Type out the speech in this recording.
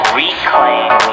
reclaim